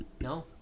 No